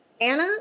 Anna